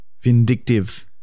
Vindictive